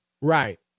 Right